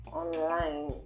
online